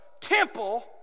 temple